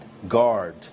Guard